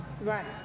Right